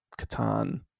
katan